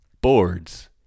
boards